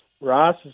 Ross